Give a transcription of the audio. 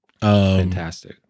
Fantastic